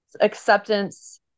Acceptance